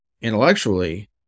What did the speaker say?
intellectually